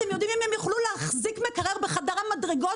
אתם יודעים אם הם יוכלו להחזיק מקרר בחדר המדרגות